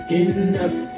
enough